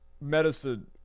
medicine